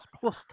plus